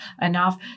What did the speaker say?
enough